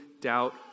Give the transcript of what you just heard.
doubt